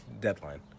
deadline